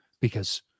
because-